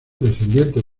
descendientes